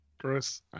Chris